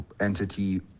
entity